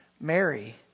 Mary